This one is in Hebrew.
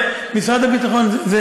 משרד הביטחון,